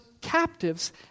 captives